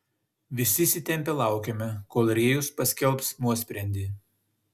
visi įsitempę laukėme kol rėjus paskelbs nuosprendį